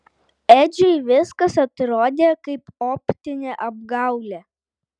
edžiui viskas atrodė kaip optinė apgaulė